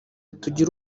tugire